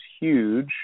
huge